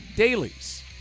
dailies